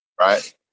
right